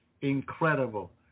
incredible